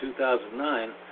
2009